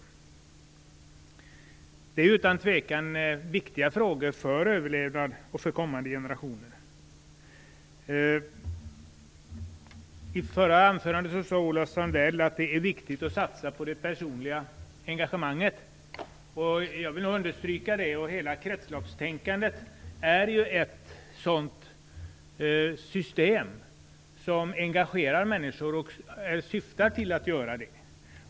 Utan tvivel är det här viktiga frågor för överlevnad och för kommande generationer. I det förra anförandet sade Ola Sundell att det är viktigt att satsa på det personliga engagemanget, och det vill jag understryka. Hela kretsloppstänkandet är ju ett system som engagerar människor och också syftar till att göra det.